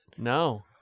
No